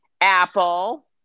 apple